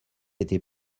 était